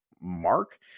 Mark